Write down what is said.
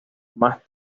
más